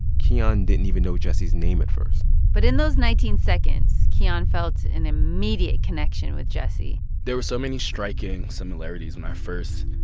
kiyan didn't even know jesse's name at first but in those nineteen seconds, kiyan felt an immediate connection with jesse there were so many striking similarities when i first